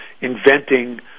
inventing